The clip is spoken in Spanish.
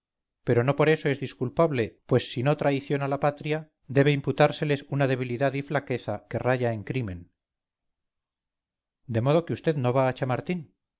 pero no por eso es disculpable pues si no traición a la patria debe imputárseles una debilidad y flaqueza que raya en crimen de modo que usted no va a chamartín